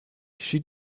she